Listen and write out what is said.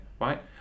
right